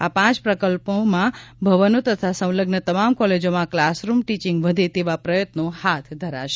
આ પાંચ પ્રકલ્પોમાં ભવનો તથા સંલગ્ન તમામ કોલેજોમાં ક્લાસરૂમ ટીચિંગ વધે તેવા પ્રયત્નો હાથ ધરાશે